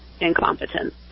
incompetence